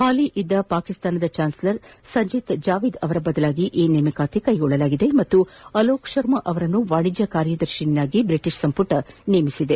ಹಾಲಿ ಇದ್ದ ಪಾಕಿಸ್ತಾನದ ಚಾನ್ನೆಲರ್ ಸಾಜಿತ್ ಜಾವಿದ್ ಅವರ ಬದಲಿಗೆ ಈ ನೇಮಕ ಮಾಡಲಾಗಿದೆ ಮತ್ತು ಅಲೋಕ್ ಶರ್ಮಾ ಅವರನ್ನು ವಾಣಿಜ್ಯ ಕಾರ್ಯದರ್ಶಿಯನ್ನಾಗಿ ಬ್ರಿಟಿಷ್ ಸಂಪುಟ ನೇಮಿಸಿದೆ